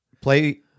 Play